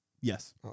Yes